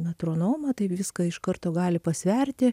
metronomą tai viską iš karto gali pasverti